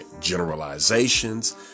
generalizations